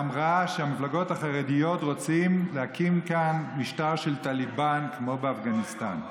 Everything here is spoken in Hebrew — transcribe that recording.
אמרה שהמפלגות החרדיות רוצות להקים כאן משטר של טליבאן כמו באפגניסטן.